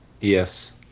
Yes